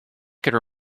could